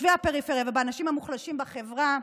בתושבי הפריפריה ובאנשים המוחלשים בחברה,